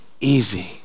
easy